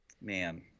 Man